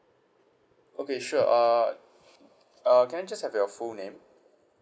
okay sure err uh can I just have your full name